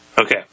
Okay